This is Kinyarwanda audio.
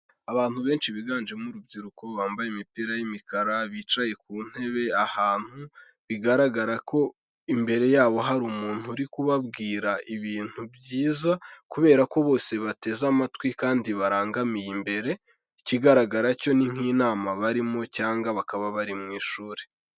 Abantu benshi biganjemo urubyiruko, bambaye imipira y'imikara, bicaye ku ntebe ahantu, bigaragara ko imbere yabo hari umuntu uri kubabwira ibintu byiza kubera ko bose bateze amatwi kandi barangamiye imbere, ikigaragara cyo ni nk'inama barimo cyangwa bakaba bari mu ishuri.